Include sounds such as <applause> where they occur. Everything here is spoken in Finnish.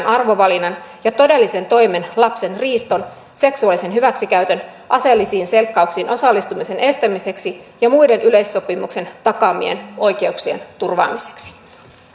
<unintelligible> arvovalinnan ja todellisen toimen lapsen riiston seksuaalisen hyväksikäytön aseellisiin selkkauksiin osallistumisen estämiseksi ja muiden yleissopimuksen takaamien oikeuksien turvaamiseksi